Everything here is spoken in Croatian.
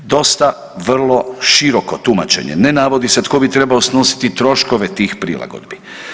Dosta vrlo široko tumačenje, ne navodi se tko bi trebao snositi troškove tih prilagodbi.